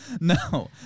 No